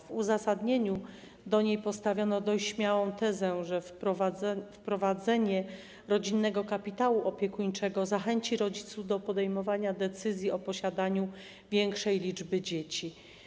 W jej uzasadnieniu postawiono dość śmiałą tezę, że wprowadzenie rodzinnego kapitału opiekuńczego zachęci rodziców do podejmowania decyzji o posiadaniu większej liczby dzieci.